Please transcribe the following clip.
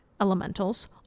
Elementals